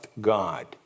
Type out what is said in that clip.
God